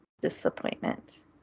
Disappointment